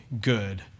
good